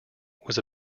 was